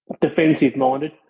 defensive-minded